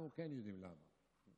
אנחנו כן יודעים למה.